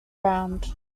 round